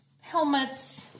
helmets